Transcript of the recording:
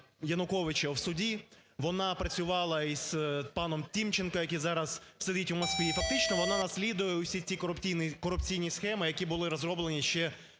Януковича в суді, вона працювала з паном Тимченко, який зараз сидить у Москві і фактично, вона наслідує усі і корупційні схеми, які були розроблені ще